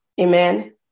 Amen